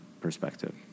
perspective